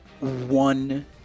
one